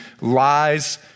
lies